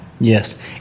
Yes